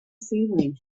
ceiling